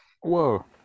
Whoa